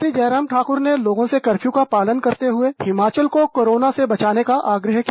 मुख्यमंत्री जयराम ठाकुर ने लोगों से कर्फ्यू का पालन करते हुए हिमाचल को कोरोना से बचाने का आग्रह किया